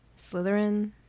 slytherin